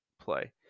play